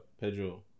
pedro